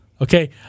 Okay